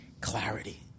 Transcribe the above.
clarity